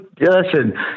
listen